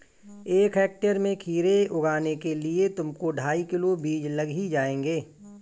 एक हेक्टेयर में खीरे उगाने के लिए तुमको ढाई किलो बीज लग ही जाएंगे